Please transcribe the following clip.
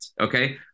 okay